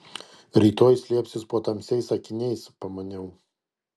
rytoj slėpsis po tamsiais akiniais pamaniau